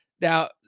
Now